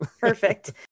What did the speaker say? Perfect